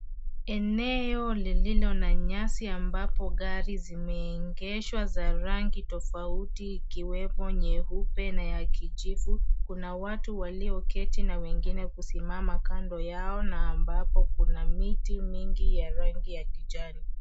Eneo lililo na nyasi ambapo gari zimeegeshwa za rangi tofauti ikiwemo nyeupe na ya kijivu. Kuna watu walioketi na wengine kusimama kando yao na ambapo kuna miti ya rangi ya kijani.